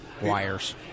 wires